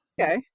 okay